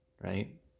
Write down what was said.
Right